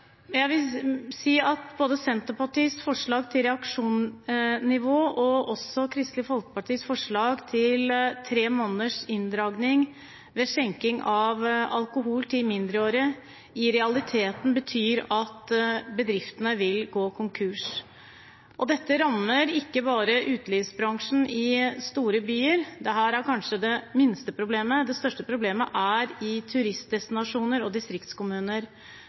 Jeg vil si at både Senterpartiets forslag til reaksjonsnivå og også Kristelig Folkepartis forslag om tre måneders inndragning ved skjenking av alkohol til mindreårige i realiteten betyr at bedriftene vil gå konkurs. Dette rammer ikke bare utelivsbransjen i store byer. Det er kanskje det minste problemet. Det største problemet er i turistdestinasjoner og distriktskommuner.